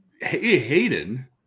Hayden